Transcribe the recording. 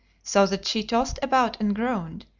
so that she tossed about and groaned,